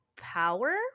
power